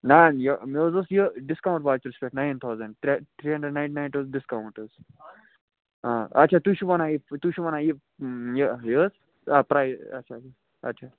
نہَ حظ یہِ مےٚ حظ اوس یہِ ڈِسکاوُنٛٹ وچرَس پٮ۪ٹھ نایِن تھاوزَنٛٹ ترٛےٚ تھرٛی ہنٛڈرنٛڈ نایِن نایِن اوس ڈِسکاوُنٛٹ حظ آ اَچھا تُہۍ چھِو وَنان یہِ تُہۍ چھُو وَنان یہِ یہِ حظ آ ٹرٛے اَچھا